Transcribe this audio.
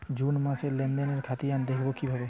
June মাসের লেনদেনের খতিয়ান দেখবো কিভাবে?